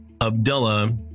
Abdullah